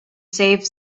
save